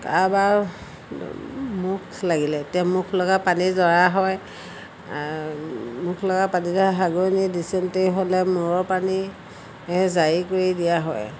কাৰোবাৰ মুখ লাগিলে এতিয়া মুখ লগা পানী জৰা হয় মুখ লগা পানী জৰা হাগনি ডিচেণ্ট্ৰি হ'লে মূৰৰ পানী জাৰি কৰি দিয়া হয়